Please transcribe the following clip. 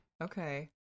Okay